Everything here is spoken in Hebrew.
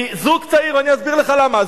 אני אסביר לך למה.